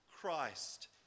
Christ